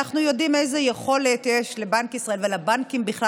אנחנו יודעים איזו יכולת יש לבנק ישראל ולבנקים בכלל